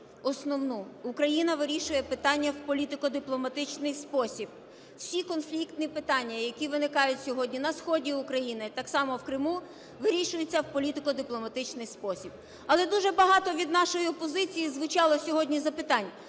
основну: Україна вирішує питання в політико-дипломатичний спосіб, всі конфліктні питання, які виникають сьогодні на сході України, так само в Криму вирішуються в політико-дипломатичний спосіб. Але дуже багато від нашої опозиції звучало сьогодні запитань: